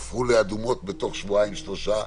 והפכו לאדומות תוך שבועיים-שלושה.